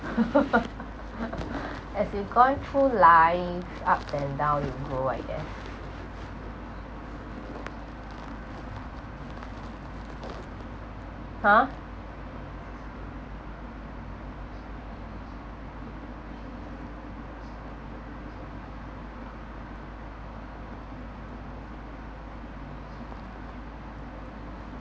as you gone through life up and down you grow I guess ha